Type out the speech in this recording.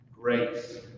grace